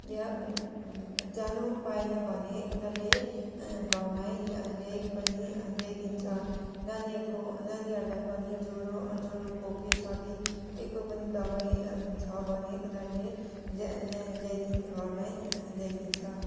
जानु पाएन भने उनीहरूले घरमै ल्याइ पनि ल्याइदिन्छ नानीहरूको नानीहरूलाई पनि ज्वरो ज्वरो खोकी सर्दी के को पनि दबाई छ भने उनीहरूले ल्या घरमै ल्याइदिन्छ